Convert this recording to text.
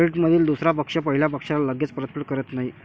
क्रेडिटमधील दुसरा पक्ष पहिल्या पक्षाला लगेच परतफेड करत नाही